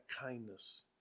kindness